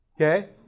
Okay